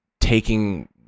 taking